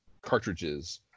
cartridges